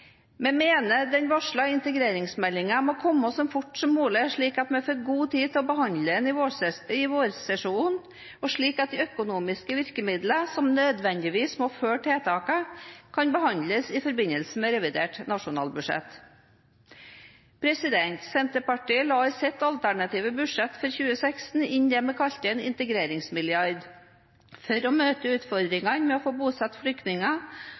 vi utålmodige. Vi mener den varslede integreringsmeldingen må komme så fort som mulig, slik at vi får god tid til å behandle den i vårsesjonen, og slik at de økonomiske virkemidlene som nødvendigvis må følge tiltakene, kan behandles i forbindelse med revidert nasjonalbudsjett. Senterpartiet la i sitt alternative budsjett for 2016 inn det vi kalte en «integreringsmilliard», for å møte utfordringene med å få bosatt flyktninger